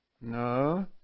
No